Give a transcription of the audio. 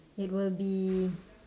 it will be